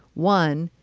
one,